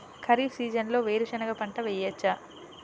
ఖరీఫ్ సీజన్లో వేరు శెనగ పంట వేయచ్చా?